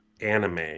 anime